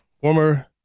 former